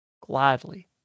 Gladly